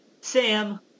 Sam